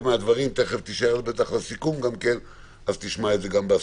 בטח תישאר לסיכום ותשמע את זה גם בסיכום.